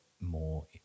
more